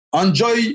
Enjoy